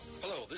Hello